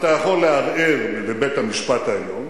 אתה יכול לערער לבית-המשפט העליון,